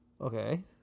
Okay